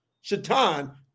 Shaitan